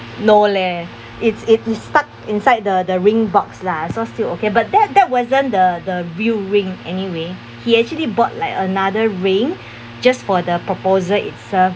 no leh it's it's it stuck inside the the ring box lah so still okay but that that wasn't the the real ring anyway he actually bought like another ring just for the proposal itself